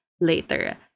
later